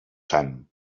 sant